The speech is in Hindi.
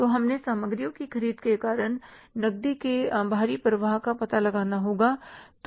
तो हमें सामग्रियों की ख़रीद के कारण नकदी के बाहरी प्रवाह का पता लगाना होगा